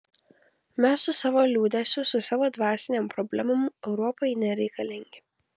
mes su savo liūdesiu su savo dvasinėm problemom europai nereikalingi